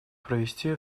провести